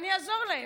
אני אעזור להם.